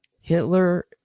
Hitler